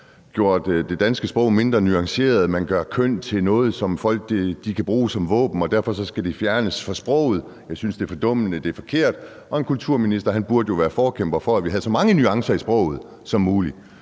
gjort det danske sprog mindre nuanceret, og at man gør køn til noget, som folk kan bruge som våben, og at det derfor skal fjernes fra sproget. Jeg synes, det er fordummende, og det er forkert, og en kulturminister burde jo være forkæmper for, at vi havde så mange nuancer i sproget som muligt.